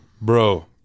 bro